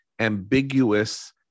ambiguous